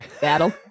battle